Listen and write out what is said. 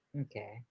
Okay